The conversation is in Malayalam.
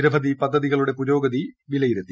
നിരവധി പദ്ധതികളുടെ പുരോഗതി വിലയിരുത്തി